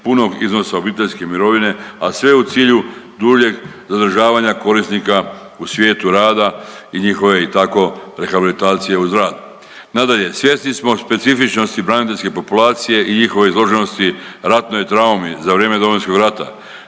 punog iznosa obiteljske mirovine, a sve u cilju duljeg zadržavanja korisnika u svijetu rada i njihove i tako rehabilitacije uz rad. Nadalje, svjesni smo specifičnosti braniteljske populacije i njihove izloženosti ratnoj traumi za vrijeme Domovinskog rata,